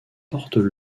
portent